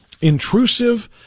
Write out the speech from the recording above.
intrusive